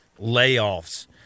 layoffs